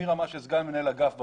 מרמה של סגן מנהל אגף ומעלה,